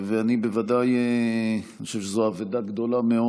אני בוודאי חושב שזו אבדה גדולה מאוד.